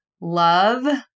love